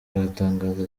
aratangaza